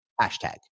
Hashtag